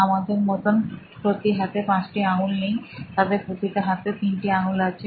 আমাদের মতন প্রতি হাতে পাঁচটি আঙ্গুল নেই তাদের প্রতিটা হাতে তিনটি আঙ্গুল আছে